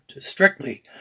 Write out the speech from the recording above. strictly